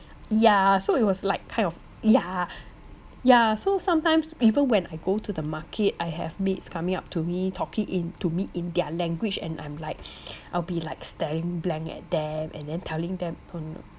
ya so it was like kind of yeah yeah so sometimes even when I go to the market I have maids coming up to me talking in to me in their language and I'm like I'll be like staring blank at them and then telling them